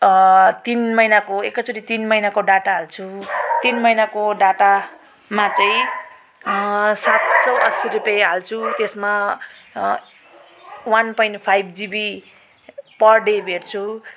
तिन महिनाको एकै चोटि तिन महिनाको डाटा हाल्छु तिन महिनाको डाटामा चाहिँ सात सय असी रुपियाँ हाल्छु त्यसमा one point five GB per day भेट्छु